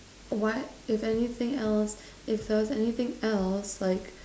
what is anything else if there was anything else like